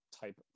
type